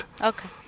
Okay